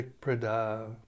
Prada